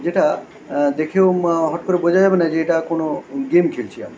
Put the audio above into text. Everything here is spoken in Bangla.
যেটা দেখেও হট করে বোঝা যাবে না যে এটা কোনো গেম খেলছি আমি